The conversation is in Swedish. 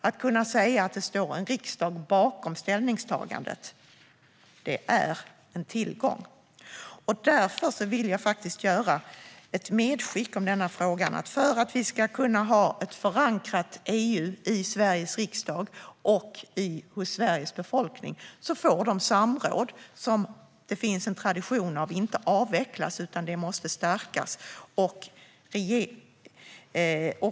Att kunna säga att riksdagen står bakom ett ställningstagande är en tillgång. Därför vill jag göra ett medskick i denna fråga. För att vi ska ha ett förankrat EU i Sveriges riksdag och hos Sveriges befolkning får de samråd som det finns en tradition att hålla inte avvecklas, utan de måste stärkas.